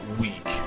week